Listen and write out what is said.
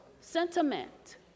sentiment